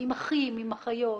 עם אחים ואחיות,